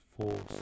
force